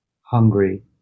hungry